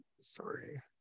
Sorry